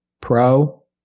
pro